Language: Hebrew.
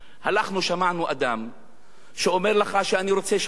הלכנו ושמענו אדם שאומר לך: אני רוצה שלום,